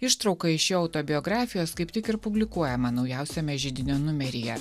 ištrauka iš jo autobiografijos kaip tik ir publikuojama naujausiame židinio numeryje